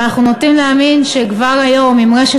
אבל אנחנו נוטים להאמין שכבר היום אם רשת